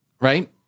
Right